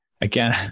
Again